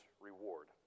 reward